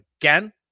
again